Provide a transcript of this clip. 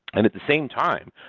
and at the same time,